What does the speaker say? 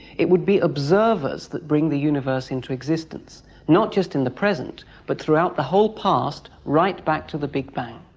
it would be observers that bring the universe into existence, not just in the present but throughout the whole past, right back to the big bang.